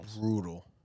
brutal